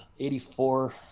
84